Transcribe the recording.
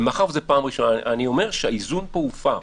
מאחר שזו הפעם הראשונה, אני אומר שהאיזון פה הופר.